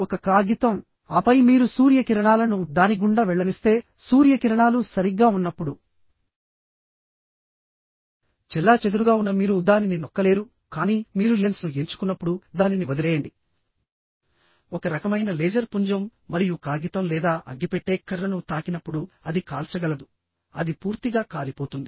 ఒక కాగితం ఆపై మీరు సూర్య కిరణాలను దాని గుండా వెళ్ళనిస్తే సూర్య కిరణాలు సరిగ్గా ఉన్నప్పుడు చెల్లాచెదురుగా ఉన్న మీరు దానిని నొక్కలేరు కానీ మీరు లెన్స్ను ఎంచుకున్నప్పుడు దానిని వదిలేయండి ఒక రకమైన లేజర్ పుంజం మరియు కాగితం లేదా అగ్గిపెట్టె కర్రను తాకినప్పుడు అది కాల్చగలదు అది పూర్తిగా కాలిపోతుంది